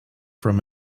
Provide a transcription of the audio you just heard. from